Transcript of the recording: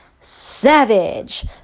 savage